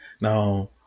now